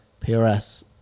PRS